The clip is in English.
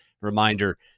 Reminder